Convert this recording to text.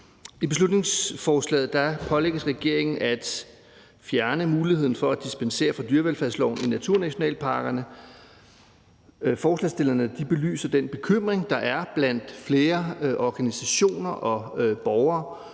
I beslutningsforslaget pålægges regeringen at fjerne muligheden for at dispensere fra dyrevelfærdsloven i naturnationalparkerne. Forslagsstillerne belyser den bekymring, der er blandt flere organisationer og borgere